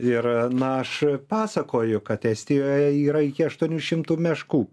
ir na aš pasakoju kad estijoje yra iki aštuonių šimtų meškų